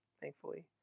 thankfully